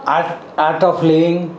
art art of living